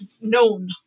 known